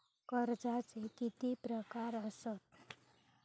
कर्जाचे किती प्रकार असात?